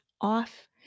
off